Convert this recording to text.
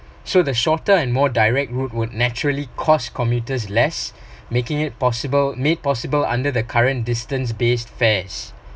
so the shorter and more direct route would naturally cost commuters less making it possible made possible under the current distance base fares